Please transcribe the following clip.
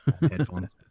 headphones